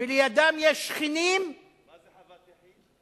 ולידם יש שכנים, מה זה חוות יחיד?